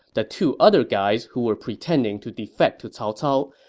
the two other guys who were pretending to defect to cao cao,